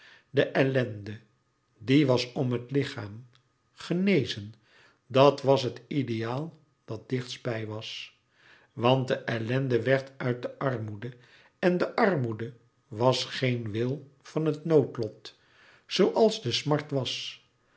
de ellende die was om het lichaam genezen dat was het ideaal dat dichtst bij was louis couperus metamorfoze want de ellende werd uit de armoede en de armoede was geen wil van het noodlot zooals de smart was